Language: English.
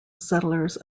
settlers